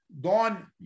dawn